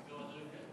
במקומות אחרים כן?